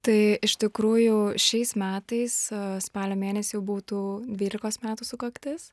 tai iš tikrųjų šiais metais spalio mėnesį jau būtų dvylikos metų sukaktis